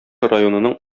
районының